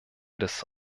des